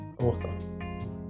awesome